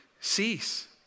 cease